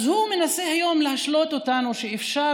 אז הוא מנסה היום להשלות אותנו שאפשר